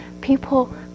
people